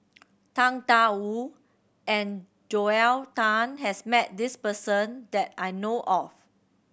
Tang Da Wu and Joel Tan has met this person that I know of